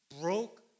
broke